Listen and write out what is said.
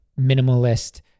minimalist